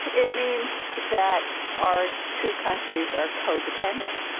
it means that our two countries are co-dependent,